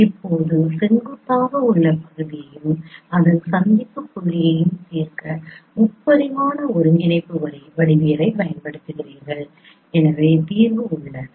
இப்போது செங்குத்தாக உள்ள பகுதியையும் அதன் சந்திப்பு புள்ளியையும் தீர்க்க முப்பரிமாண ஒருங்கிணைப்பு வடிவவியலைப் பயன்படுத்துகிறீர்கள் எனவே தீர்வு உள்ளது